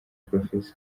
prof